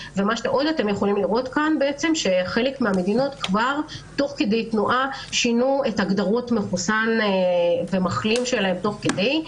חלק מהמדינות שינו את הגדרות מחוסן ומחלים שלהן תוך כדי תנועה.